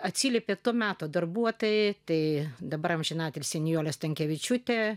atsiliepė to meto darbuotojai tai dabar amžinatilsį nijolė stankevičiūtė